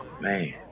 man